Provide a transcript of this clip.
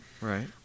Right